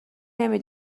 نمی